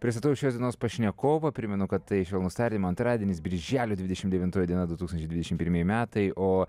pristatau šios dienos pašnekovą primenu kad tai švelnūs tardymai antradienis birželio dvidešimt devinta diena du tūkstančiai dvidešimt pirmieji metai o